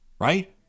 right